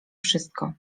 wszystko